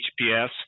HPS